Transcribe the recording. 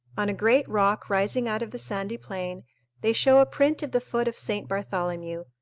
on a great rock rising out of the sandy plain they show a print of the foot of st. bartholomew,